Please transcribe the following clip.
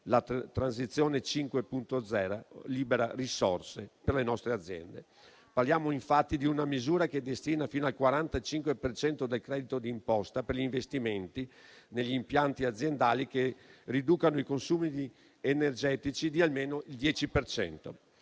La Transizione 5.0 libera risorse per le nostre aziende. Parliamo infatti di una misura che destina fino al 45 per cento del credito d'imposta per gli investimenti negli impianti aziendali che riducano i consumi di energetici di almeno il 10